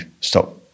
stop